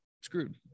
screwed